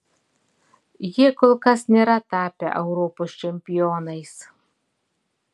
jie kol kas nėra tapę europos čempionais